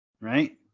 Right